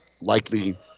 likely